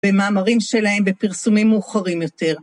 במאמרים שלהם בפרסומים מאוחרים יותר.